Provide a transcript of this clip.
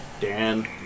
Dan